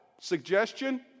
suggestion